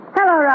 Hello